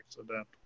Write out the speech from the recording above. accident